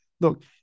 Look